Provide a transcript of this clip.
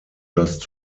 just